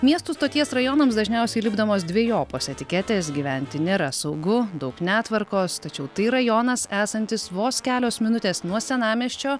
miestų stoties rajonams dažniausiai lipdomos dvejopos etiketės gyventi nėra saugu daug netvarkos tačiau tai rajonas esantis vos kelios minutės nuo senamiesčio